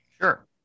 Sure